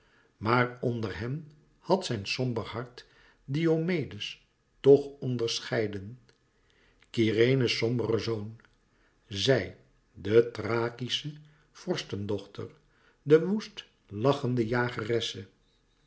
maar onder hen had zijn somber hart diomedes toch onderscheiden kyrene's sombere zoon zij de thrakische vorstendochter de woest lachende